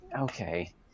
okay